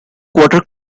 quarter